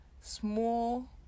small